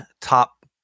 top